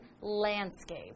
landscape